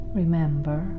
remember